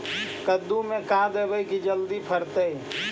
कददु मे का देबै की जल्दी फरतै?